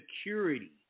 security